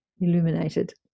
illuminated